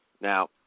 Now